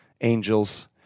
angels